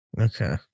Okay